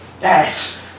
Yes